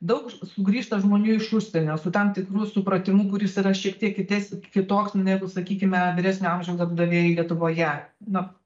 daug sugrįžta žmonių iš užsienio su tam tikru supratimu kuris yra šiek tiek kitesnis kitoks negu sakykime vyresnio amžiaus darbdaviai lietuvoje na